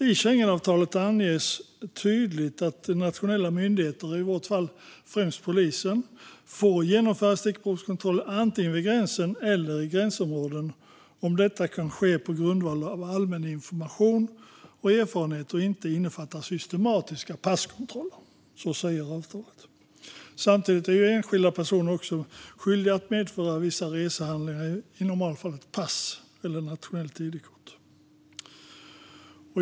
I Schengenavtalet anges tydligt att nationella myndigheter, i vårt fall främst polisen, får genomföra stickprovskontroller antingen vid gränsen eller i gränsområden, om detta sker på grundval av allmän information och erfarenhet och inte innefattar systematiska passkontroller. Så säger avtalet. Samtidigt är enskilda personer skyldiga att medföra vissa resehandlingar, i normalfallet pass eller nationellt id-kort.